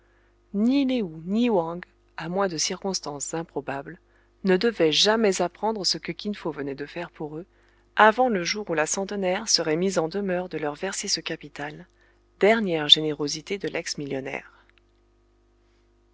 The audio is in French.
ni lé ou ni wang à moins de circonstances improbables ne devaient jamais apprendre ce que kin fo venait de faire pour eux avant le jour où la centenaire serait mise en demeure de leur verser ce capital dernière générosité de l'ex millionnaire